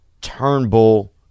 Turnbull